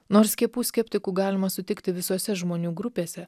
nors skiepų skeptikų galima sutikti visose žmonių grupėse